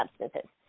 substances